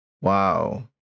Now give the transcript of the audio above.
Wow